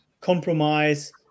compromise